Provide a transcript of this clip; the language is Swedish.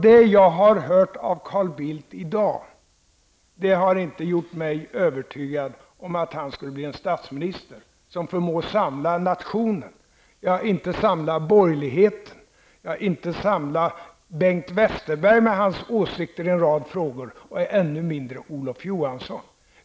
Det jag har hört av Carl Bildt i dag har inte gjort mig övertygad om att han skulle bli en statsminister som förmår att samla nationen, borgerligheten, Bengt Westerberg och hans åsikter i en rad frågor och ännu mindre Olof Johansson.